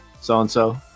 so-and-so